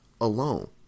alone